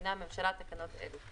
מתקינה הממשלה תקנות אלה: